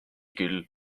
küll